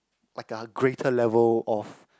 like a greater level of